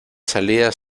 salidas